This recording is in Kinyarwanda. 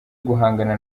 guhangana